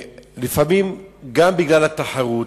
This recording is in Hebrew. לפעמים גם בגלל התחרות,